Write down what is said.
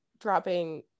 dropping